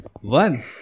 One